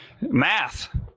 Math